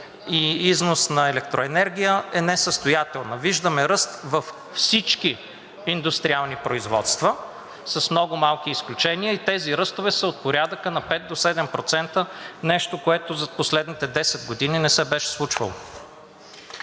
и износ на електроенергия, е несъстоятелна. Виждаме ръст във всички индустриални производства, с много малки изключения, и тези ръстове са от порядъка на 5 до 7% – нещо, което за последните 10 години не се беше случвало.